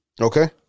Okay